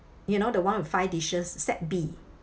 you know the one with five dishes set B